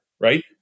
right